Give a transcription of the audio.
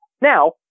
Now